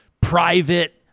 private